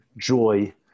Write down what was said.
joy